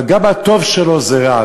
אבל גם הטוב שלו זה רע.